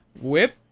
Whip